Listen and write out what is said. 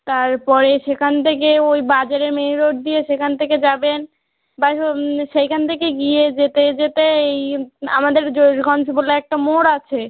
তারপরে সেখান থেকে ওই বাজারের মেন রোড দিয়ে সেখান থেকে যাবেন বা সে সেখান থেকে গিয়ে যেতে যেতে এই আমাদের যে ওই ঘঞ্চ বলে একটা মোড় আছে